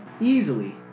easily